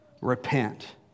Repent